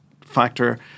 factor